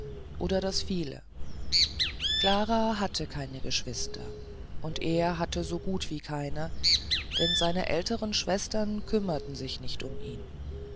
oder das viele klara hatte keine geschwister und er hatte so gut wie keine denn seine älteren schwestern kümmerten sich nicht um ihn